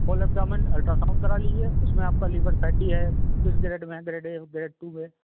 whole abdomen ultrasound करा लीजिए उसमें आपका लीवर फैटी है किस ग्रेड में है ग्रेड ए ग्रेड टू में